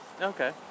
Okay